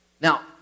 Now